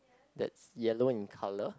that's yellow in colour